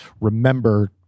remember